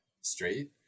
straight